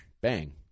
Bang